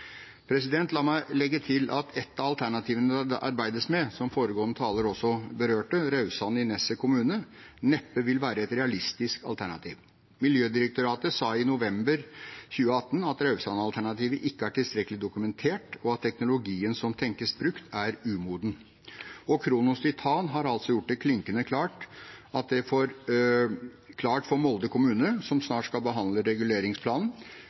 La meg legge til at ett av alternativene det arbeides med – som foregående taler også berørte – Raudsand i tidligere Nesset kommune, neppe vil være et realistisk alternativ. Miljødirektoratet sa i november 2018 at Raudsand-alternativet ikke er tilstrekkelig dokumentert, og at teknologien som tenkes brukt, er umoden. Kronos Titan har gjort det klinkende klart for Molde kommune, som snart skal behandle reguleringsplanen, at for dem er